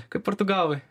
kaip portugalai